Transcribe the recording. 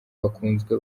bakunzwe